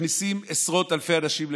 מכניסים עשרות אלפי אנשים לבידוד.